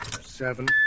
seven